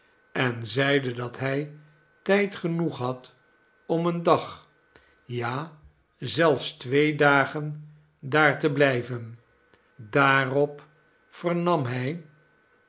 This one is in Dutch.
en zeide dat hij tijd genoeg had om een dag ja zelfs twee dagen daar te blij ven daarop vernam hij